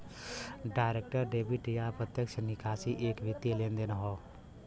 direct debit या प्रत्यक्ष निकासी एक वित्तीय लेनदेन हौ